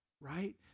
right